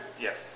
Yes